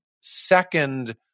second